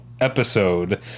episode